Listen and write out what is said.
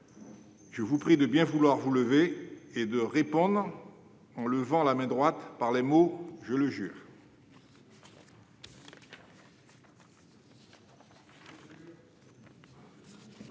je vous prie de bien vouloir vous lever et de répondre, en levant la main droite, par les mots :« Je le jure